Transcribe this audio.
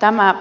tämä